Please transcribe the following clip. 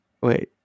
Wait